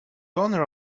owner